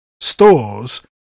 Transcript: stores